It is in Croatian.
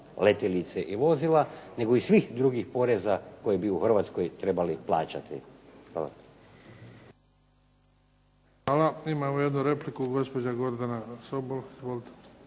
letjelice i vozila, nego i svih drugih poreza koji bi u Hrvatskoj trebali plaćati. Hvala. **Bebić, Luka (HDZ)** Hvala. Imamo jednu repliku. Gospođa Gordana Sobol. Izvolite.